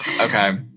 Okay